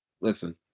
Listen